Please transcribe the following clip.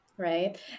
right